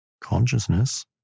consciousness